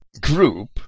group